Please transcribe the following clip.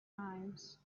eyes